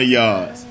yards